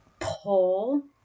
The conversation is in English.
pull